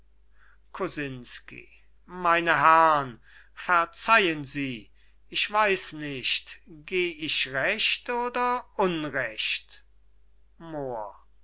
kosinsky meine herrn verzeihen sie ich weiß nicht geh ich recht oder unrecht moor